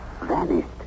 Vanished